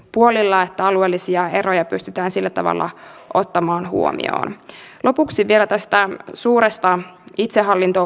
toivoisin että alueellisia eroja pystytään sillä tavalla ottamaan eduskunta voisi vielä toista suuresta itsehallinto